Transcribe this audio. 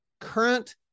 current